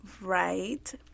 Right